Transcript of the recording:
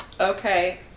Okay